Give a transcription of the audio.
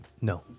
No